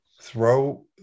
throw